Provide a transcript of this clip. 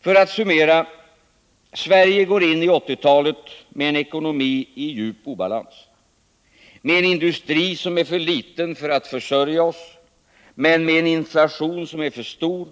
För att summera: Sverige går in i 1980-talet med en ekonomi i djup obalans, med en industri som är för liten för att försörja oss men med en inflation som är för stor